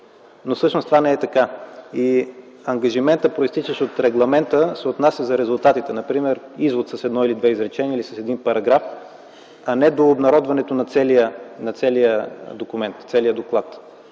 но всъщност това не е така. Ангажиментът, произтичащ от регламента, се отнася за резултатите. Например, извод с едно или две изречения или с един параграф, а не до обнародването на целия документ, на целия доклад.